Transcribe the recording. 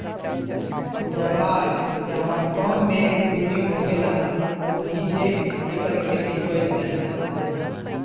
जवार जहवां कम मेघ बुनी होखेला ओहिजे एकर खेती कईल जाला